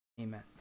Amen